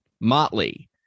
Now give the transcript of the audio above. motley